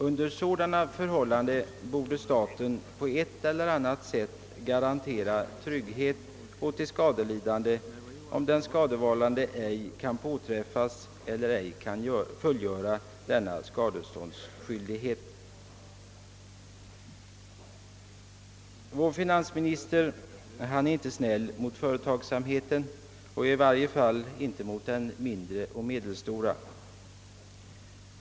Under sådana förhållanden borde staten på ett eller annat sätt garantera trygghet åt de skadelidande, om den skadevållande ej kan påträffas eller ej kan fullgöra skadeståndsskyldigheten. Herr Sträng är inte snäll mot företagsamheten; i varje fall inte mot den mindre och medelstora.